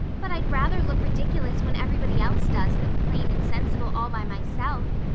but i'd rather look ridiculous when everybody else does than plain and sensible all by myself,